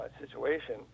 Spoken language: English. situation